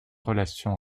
relations